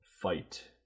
fight